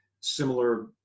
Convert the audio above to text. similar